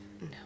No